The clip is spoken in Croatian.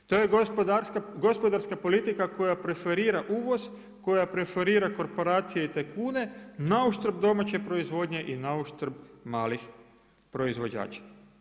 To je gospodarska politika koja preferira uvoz, koja preferira korporacije i tajkune na uštrb domaće proizvodnje i na uštrb malih proizvođača.